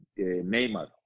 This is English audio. Neymar